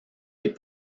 les